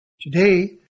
Today